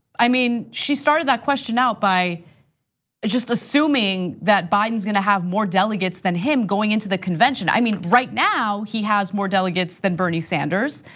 i mean, she started that question out by just assuming that biden's gonna have more delegates than him going into the convention. i mean, right now, he has more delegates then bernie sanders.